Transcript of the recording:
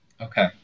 Okay